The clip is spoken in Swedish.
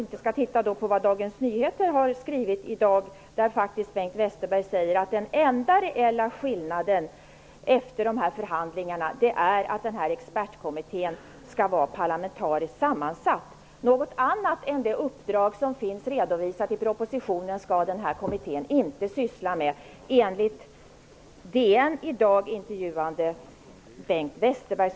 Men i Dagens Nyheter säger Bengt Westerberg att den enda skillnaden efter förhandlingarna är att expertkommittén skall vara parlamentariskt sammansatt. Något annat än det uppdrag som finns redovisat i propositionen skall kommittén inte syssla med, enligt DN i dag som intervjuat socialminister Bengt Westerberg.